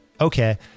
okay